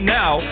now